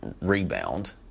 rebound